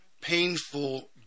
painful